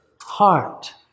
heart